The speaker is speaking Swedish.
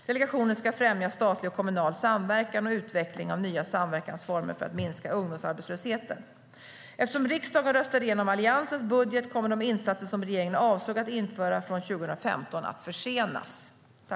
Delegationen ska främja statlig och kommunal samverkan och utveckling av nya samverkansformer för att minska ungdomsarbetslösheten.